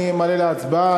אני מעלה להצבעה,